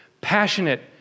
passionate